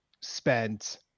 spent